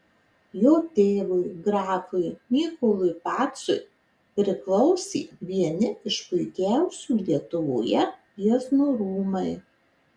jo tėvui grafui mykolui pacui priklausė vieni iš puikiausių lietuvoje jiezno rūmai